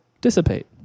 dissipate